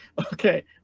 Okay